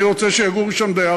אני רוצה שיגור שם דייר,